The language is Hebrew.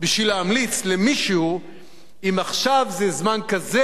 אם עכשיו זה זמן כזה או זמן אחר לתקוף,